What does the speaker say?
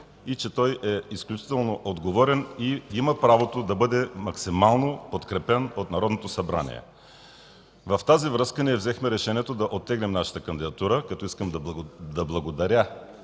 и че той е изключително отговорен и има правото да бъде максимално подкрепен от Народното събрание. В тази връзка ние взехме решение да оттеглим нашата кандидатура, като искам да благодаря